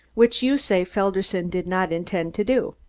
which you say felderson did not intend to do.